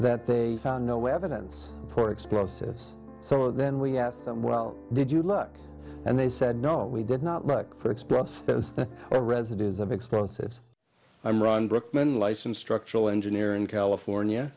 that they found no evidence for explosives so then we asked them well did you look and they said no we did not look for express or residues of explosives i run brookman license structural engineer in california